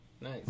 nice